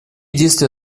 действия